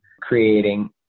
creating